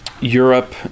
Europe